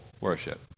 worship